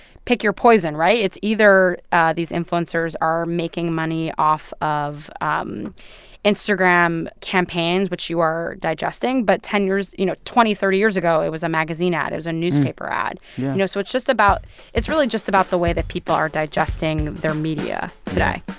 pick your poison, right? it's either these influencers are making money off of um instagram campaigns, which you are digesting. but ten years, you know, twenty, thirty years ago, it was a magazine ad. it a newspaper ad yeah you know, so it's just about it's really just about the way that people are digesting their media today